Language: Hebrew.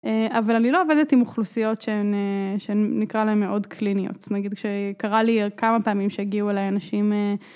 אבל אני לא עובדת עם אוכלוסיות שנקרא להן מאוד קליניות, נגיד כשקרה לי כמה פעמים שהגיעו אליי אנשים אהה